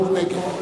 מס'